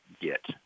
get